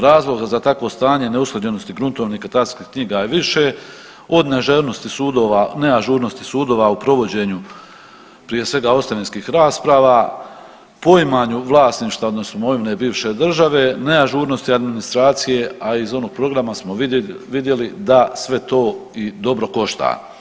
Razlog za takvo stanje ne usklađenosti gruntovnih i katastarskih knjiga je više od ne ažurnosti sudova u provođenju prije svega ostavinskih rasprava, poimanju vlasništva odnosno imovine bivše države, ne ažurnosti administracije, a iz onog programa smo vidjeli da sve to i dobro košta.